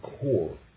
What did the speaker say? core